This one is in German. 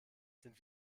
sind